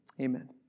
Amen